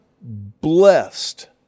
blessed